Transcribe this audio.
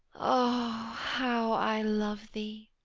o, how i love thee!